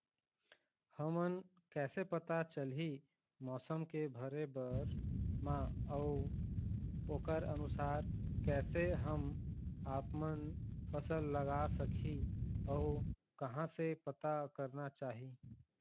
हमन कैसे पता चलही मौसम के भरे बर मा अउ ओकर अनुसार कैसे हम आपमन फसल लगा सकही अउ कहां से पता करना चाही?